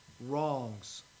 wrongs